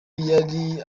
yari